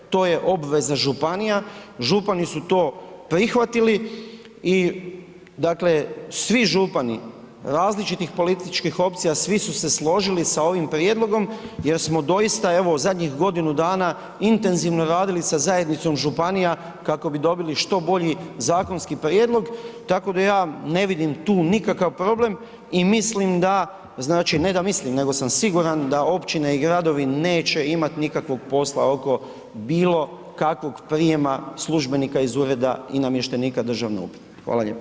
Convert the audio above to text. To je obveza županija, župani su to prihvatili i dakle, svi župani različitih političkih opcija, svi su se složili sa ovim prijedlogom jer smo doista evo u zadnjih godinu dana intenzivno radili sa zajednicom županija kako bi dobili što bolji zakonski prijedlog, tako da ja ne vidim tu nikakav problem i mislim da, znači, ne da mislim nego sam siguran da općine i gradovi neće imati nikakvog posla oko bilo kakvog prijema službenika iz ureda i namještenika državne uprave.